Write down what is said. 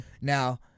Now